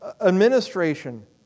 administration